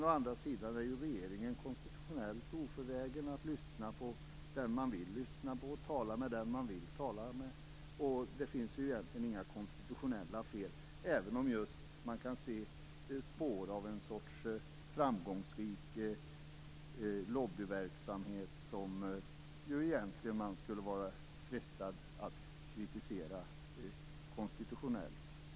Regeringen är emellertid konstitutionellt oförhindrad att lyssna på den man vill lyssna på och tala med den man vill tala med. Det finns egentligen inga konstitutionella fel, även om man kan se spår av en sorts framgångsrik lobbyverksamhet som man skulle vara frestad att kritisera konstitutionellt.